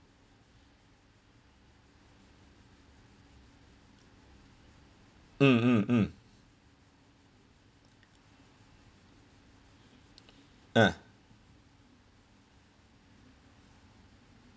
mm mm mm ah